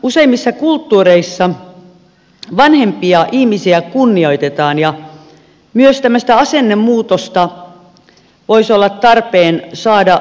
useimmissa kulttuureissa vanhempia ihmisiä kunnioitetaan ja myös tämmöistä asennemuutosta voisi olla tarpeen saada suomessakin